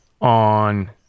on